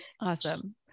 Awesome